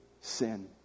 sin